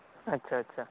ᱟᱪᱪᱷᱟ ᱟᱪᱪᱷᱟ